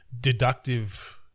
deductive